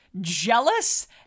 jealous